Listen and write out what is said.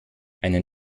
einen